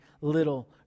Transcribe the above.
little